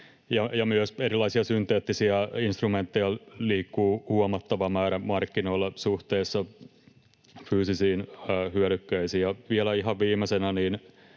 myös erilaisia synteettisiä instrumentteja liikkuu huomattava määrä markkinoilla suhteessa fyysisiin hyödykkeisiin. Vielä ihan viimeisenä